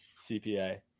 CPA